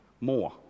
more